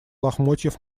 лохмотьев